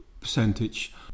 percentage